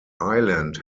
island